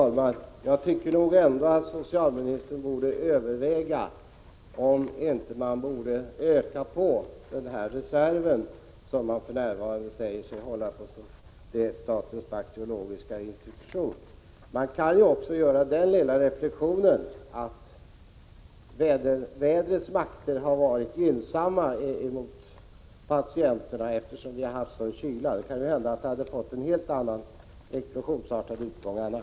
Herr talman! Jag tycker nog ändå att socialministern skulle överväga om man inte borde öka på den reserv som man för närvarande säger sig hålla på statens bakteriologiska institution. Man kan också göra den lilla reflexionen att vädrets makter har varit gynnsamma mot patienterna. Om vi inte hade haft den extrema kylan, hade inféktionen kanske spridit sig på ett explosionsartat sätt.